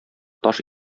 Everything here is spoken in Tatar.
таш